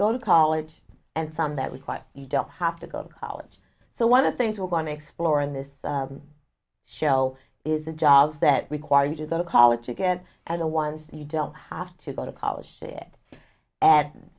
go to college and some that was quite you don't have to go to college so one of the things we're going to explore in this show is the jobs that require you to go to college again and the ones you don't have to go to college that and